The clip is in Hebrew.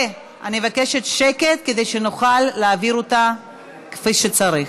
ואני מבקשת שקט כדי שנוכל להעביר אותה כפי שצריך.